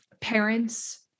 parents